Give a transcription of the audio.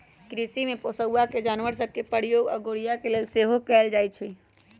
कृषि में पोशौआका जानवर सभ के प्रयोग अगोरिया के लेल सेहो कएल जाइ छइ